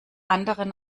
anderen